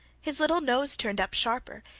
his little nose turned up sharper,